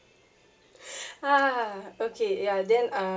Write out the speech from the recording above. ah okay ya then uh